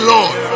Lord